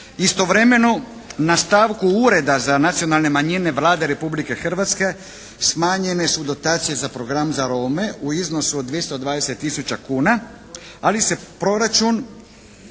Istovremeno na stavku Ureda za nacionalne manjine Vlade Republike Hrvatske smanjene su dotacije za program za Rome u iznosu od 220 tisuća kuna, ali se proračun